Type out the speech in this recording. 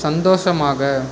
சந்தோஷமாக